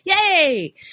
Yay